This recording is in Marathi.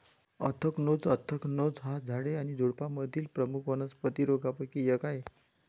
अँथ्रॅकनोज अँथ्रॅकनोज हा झाडे आणि झुडुपांमधील प्रमुख वनस्पती रोगांपैकी एक आहे